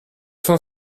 cent